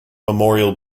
memorial